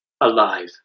alive